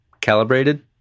calibrated